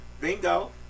Bingo